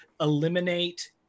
eliminate